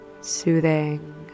soothing